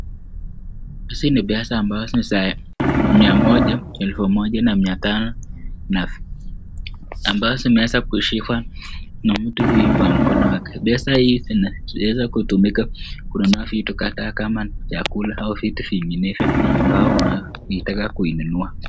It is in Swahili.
Hizi ni pesa ambazo ni za mia moja, elfu moja na mia tano. Ambazo zimeweza kushikwa na mtu huyu kwa mkono wake. Pesa hivi zinaweza kutumika kununua vitu kama ni chakula ama vitu vinginevyo ambao unataka kununua.